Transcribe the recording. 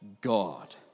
God